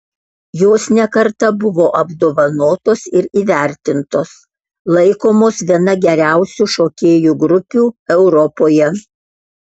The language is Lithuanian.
jos ne kartą buvo apdovanotos ir įvertintos laikomos viena geriausių šokėjų grupių europoje